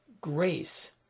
grace